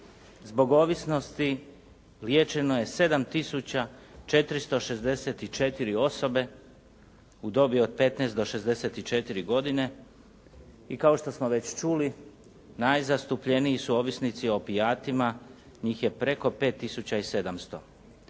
zbog ovisnosti liječeno je 7464 osobe u dobi od 15 do 64 godine i kao što smo već čuli, najzastupljeniji su ovisnici opijatima, njih je preko 5700,